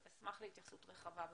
אשמח להתייחסות רחבה.